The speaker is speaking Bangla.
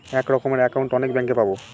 এক রকমের একাউন্ট অনেক ব্যাঙ্কে পাবো